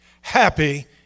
happy